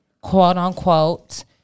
quote-unquote